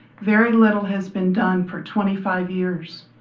very little has been done for twenty five years.